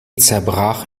zerbrach